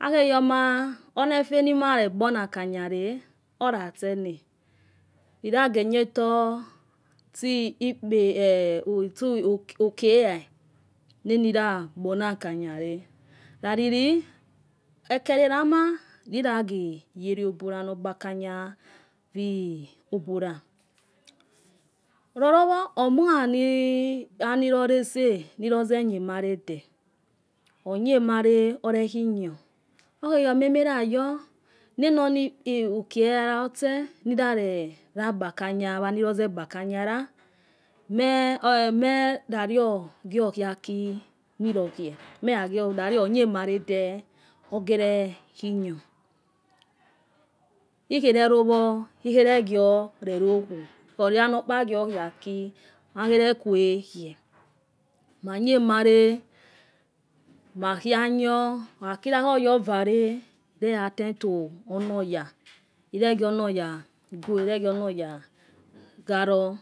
akheyome. afenima re gbona aka gare ola tsena iyage dato tso uki laehua naniragbona. akanyaro. aa lilu eheli erama loyaghi yele obola nor gba akanya obola lolowo awonlolase. niloze knhewmalede okhkow male orekhi khon okhe yomo amaroyo nanu uki ehia tse nire gba akanya anoloze gba kanya la mayario gio lelue ako nolo khie. lali okenhew emalode ogere khie iknor. ekherelowo ikheregio relokuu oya nukpa gio khie aki makhere kua khie ma iehie emale ma klue aknor. qkhakilo oya ovare nime altend to anoya. llegionoya gua lle gio ichalo